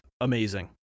amazing